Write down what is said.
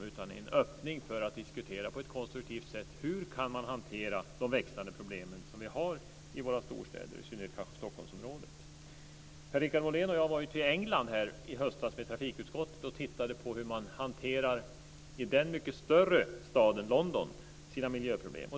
Jag såg det som en öppning för att på ett konstruktivt sätt diskutera hur man kan hantera de växande problem som vi har i våra storstäder - i synnerhet kanske i Per-Richard Molén och jag var ju i höstas i väg till England med trafikutskottet. Vi tittade på hur man i den mycket större staden London hanterar sina miljöproblem.